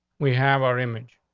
we have our image.